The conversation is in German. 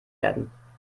werden